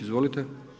Izvolite.